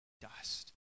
dust